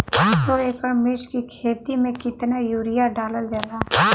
दो एकड़ मिर्च की खेती में कितना यूरिया डालल जाला?